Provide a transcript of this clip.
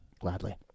Gladly